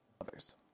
others